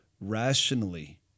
rationally